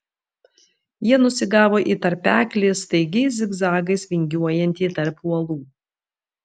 jie nusigavo į tarpeklį staigiais zigzagais vingiuojantį tarp uolų